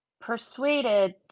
persuaded